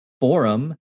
forum